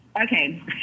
Okay